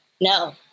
No